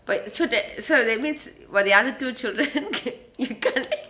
but so that so that means while the other two children kay you call